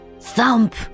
thump